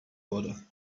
wurde